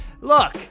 Look